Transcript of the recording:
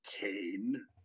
Kane